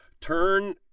Turn